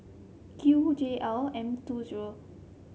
Q J L M two zero